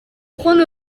cʼhoant